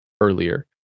earlier